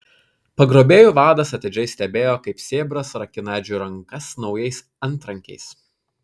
pagrobėjų vadas atidžiai stebėjo kaip sėbras rakina edžiui rankas naujais antrankiais